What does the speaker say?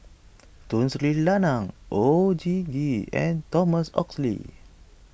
Tun Sri Lanang Oon Jin Gee and Thomas Oxley